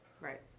Right